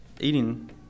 eating